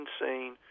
insane